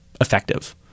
effective